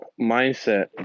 mindset